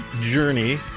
journey